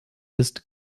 ist